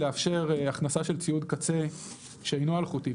לאפשר הכנסה של ציוד קצה שאינו אלחוטי,